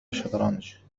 الشطرنج